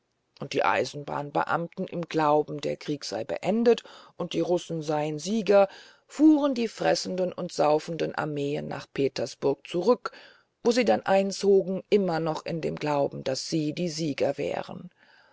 und die eisenbahnbeamten im glauben der krieg sei beendet und die russen seien sieger fuhren die fressenden und saufenden armeen nach petersburg zurück wo sie dann einzogen immer noch in dem glauben daß sie die sieger wären